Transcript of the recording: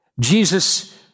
Jesus